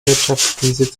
wirtschaftskrise